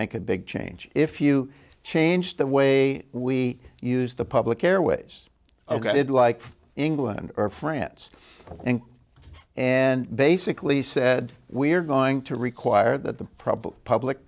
make a big change if you change the way we use the public airways ok i did like england or france and basically said we're going to require that the p